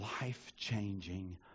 life-changing